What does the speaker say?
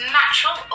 natural